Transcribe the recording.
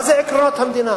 מה זה עקרונות המדינה?